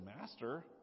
master